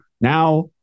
now